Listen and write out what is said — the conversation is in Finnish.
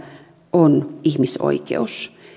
on ihmisoikeus